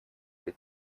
для